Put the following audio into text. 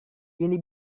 ini